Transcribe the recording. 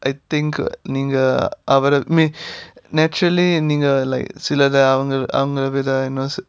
I think uh நீங்க:neenga I mean naturally நீங்க:neenga like சிலரை:silarai